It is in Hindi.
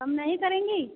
कम नहीं करेंगी